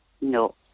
No